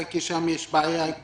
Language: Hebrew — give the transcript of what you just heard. כי יש שם בעיה גדולה.